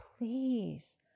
Please